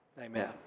Amen